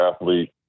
athlete